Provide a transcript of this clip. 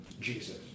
Jesus